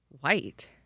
white